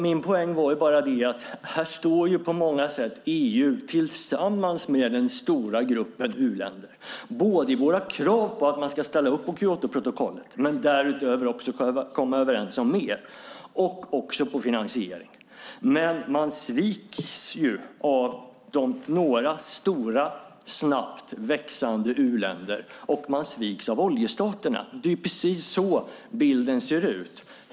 Min poäng var bara den att här står på många sätt EU tillsammans med den stora gruppen u-länder, i våra krav på att man både ska ställa upp på Kyotoprotokollet och därutöver komma överens om mer, och på finansiering. Men man sviks av några stora, snabbt växande u-länder, och man sviks av oljestaterna. Det är precis så bilden ser ut.